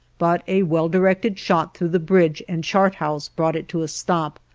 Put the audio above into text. but a well-directed shot through the bridge and chart house brought it to a stop,